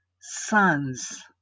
sons